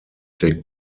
take